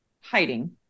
hiding